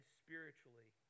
spiritually